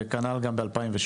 וכנ"ל גם ב-2017